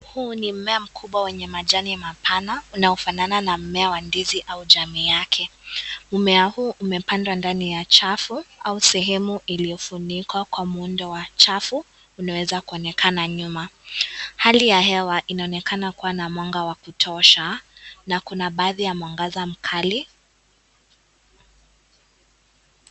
Huu ni mimea mkubwa wenye majani ya mapana unaofanana na mmea wa ndizi au jamii yake. Mmea huu umepandwa ndani ya chafu au sehemu iliyofunikwa Kwa muundo wa chafu unaweza kuonekana nyuma. Hali ya hewa inaonekana kuwa na mwanga wa kutosha na kuna baadhi ya mwangaza mkali.